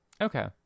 Okay